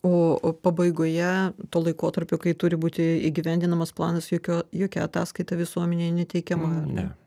o o pabaigoje to laikotarpio kai turi būti įgyvendinamas planas jokio jokia ataskaita visuomenei neteikiama ar ne